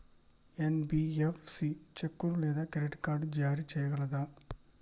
NBFC చెక్కులు లేదా credit card జారీ చేయగలదా?